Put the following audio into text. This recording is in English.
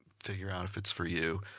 figure out if it's for you.